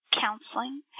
counseling